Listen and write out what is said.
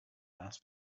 mass